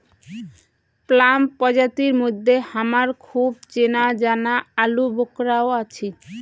plum প্রজাতির মইধ্যে হামার খুব চেনাজানা আলুবোখরাও আছি